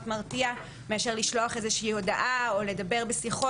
מרתיע מאשר לשלוח איזושהי הודעה או לדבר בשיחות.